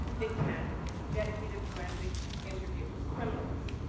victim advocates, dedicated forensic interviewers, criminalist's.